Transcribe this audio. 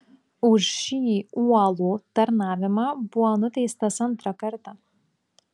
už šį uolų tarnavimą buvo nuteistas antrą kartą